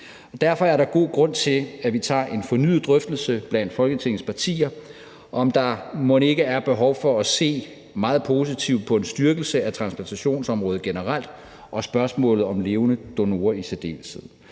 Derfor er der god grund til, at vi tager en fornyet drøftelse blandt Folketingets partier, om der mon ikke er behov for at se meget positivt på en styrkelse af transplantationsområdet generelt og på spørgsmålet om levende donorer i særdeleshed.